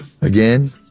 again